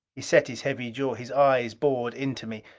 he set his heavy jaw. his eyes bored into me.